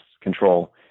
control